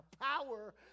power